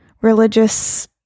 religious